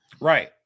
right